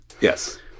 Yes